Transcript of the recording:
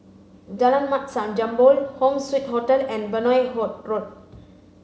Jalan Mat Jambol Home Suite Hotel and Benoi Road